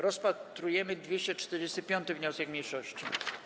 Rozpatrujemy 245. wniosek mniejszości.